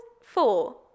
four